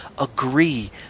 agree